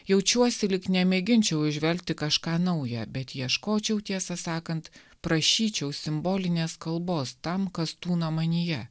jaučiuosi lyg nemėginčiau įžvelgti kažką nauja bet ieškočiau tiesą sakant prašyčiau simbolinės kalbos tam kas tūno manyje